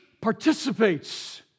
participates